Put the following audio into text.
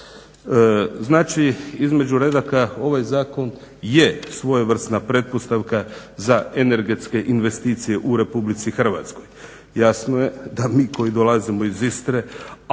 Znači, između redaka ovaj zakon je svojevrsna pretpostavka za energetske investicije u RH. Jasno je da mi koji dolazimo iz Istre